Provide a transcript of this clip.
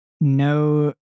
no